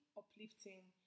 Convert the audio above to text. uplifting